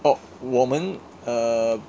oh 我们 err